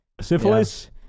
Syphilis